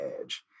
edge